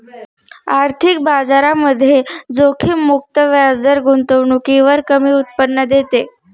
आर्थिक बाजारामध्ये जोखीम मुक्त व्याजदर गुंतवणुकीवर कमी उत्पन्न देते